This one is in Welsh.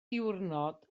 diwrnod